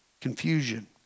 confusion